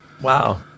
Wow